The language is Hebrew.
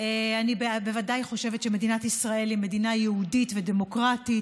אני בוודאי חושבת שמדינת ישראל היא מדינה יהודית ודמוקרטית,